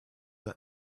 that